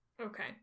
Okay